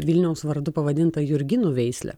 vilniaus vardu pavadinta jurginų veislė